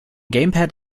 gamepad